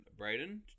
Brayden